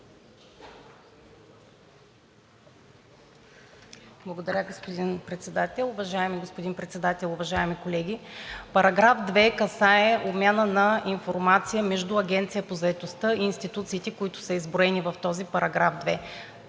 Уважаеми господин Председател, уважаеми колеги! Параграф 2 касае обмяна на информация между Агенцията по заетостта и институциите, които са изброени в този § 2.